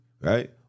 right